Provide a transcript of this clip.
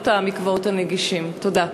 תודה.